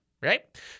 right